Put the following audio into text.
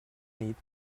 nit